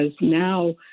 now